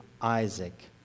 Isaac